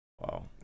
Wow